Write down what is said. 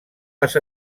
les